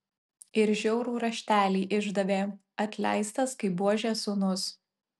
ir žiaurų raštelį išdavė atleistas kaip buožės sūnus